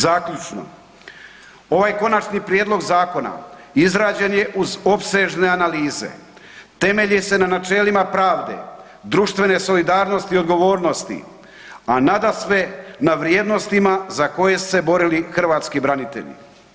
Zaključno, ovaj konačni prijedlog zakona izrađen je uz opsežne analize, temelji se na načelima pravde, društvene solidarnosti i odgovornosti a nadasve na vrijednostima za koje su se borili hrvatski branitelji.